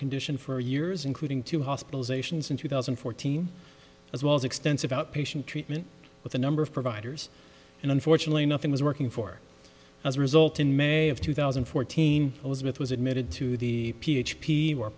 condition for years including two hospitalizations in two thousand and fourteen as well as extensive outpatient treatment with a number of providers and unfortunately nothing was working for as a result in may of two thousand and fourteen elizabeth was admitted to the p h p or